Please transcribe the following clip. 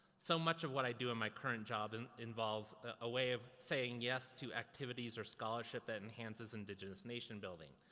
so much of what i do in my current job, and, involves a way of saying yes to activities or scholarship that enhances indigenous nation building.